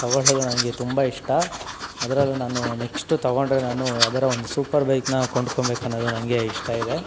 ತೊಗೊಳ್ಳೋದು ನನಗೆ ತುಂಬ ಇಷ್ಟ ಅದರಲ್ಲೂ ನಾನು ನೆಕ್ಶ್ಟು ತೊಗೊಂಡರೆ ನಾನು ಯಾವ್ದಾರೂ ಒಂದು ಸೂಪರ್ ಬೈಕನ್ನ ಕೊಂಡ್ಕೊಂಬೇಕು ಅನ್ನೋದು ನನಗೆ ಇಷ್ಟ ಇದೆ